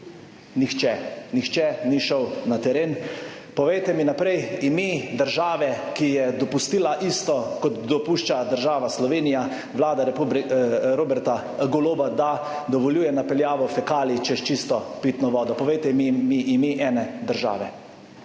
Nihče, nihče ni šel na teren. Povejte mi naprej, ime države, ki je dopustila isto kot dopušča država Slovenija vlada Roberta Goloba, da dovoljuje napeljavo fekalij čez čisto pitno vodo, povejte mi ime ene države?